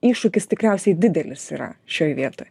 iššūkis tikriausiai didelis yra šioj vietoj